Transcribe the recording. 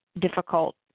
difficult